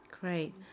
Great